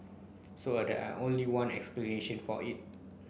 so only one explanation for it